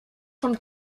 von